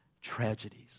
tragedies